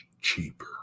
cheaper